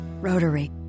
Rotary